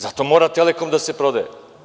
Zato mora „Telekom“ da se prodaje.